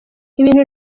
ibintu